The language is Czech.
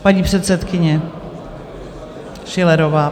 Paní předsedkyně Schillerová.